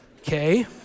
okay